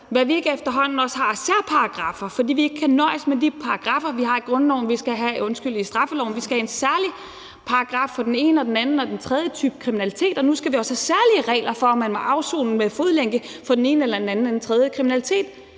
hvad vi ikke efterhånden også har af særparagraffer, fordi vi ikke kan nøjes med de paragraffer, vi har i straffeloven, men skal have en særlig paragraf for den ene og den anden og den tredje type kriminalitet, og nu skal vi også have særlige regler for, om man må afsone med fodlænke for den ene eller den anden eller den tredje type kriminalitet.